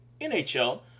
NHL